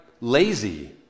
lazy